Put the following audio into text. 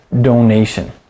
donation